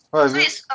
what is this